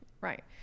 right